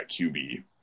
QB